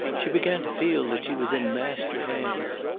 she began to feel that she was in master-hands.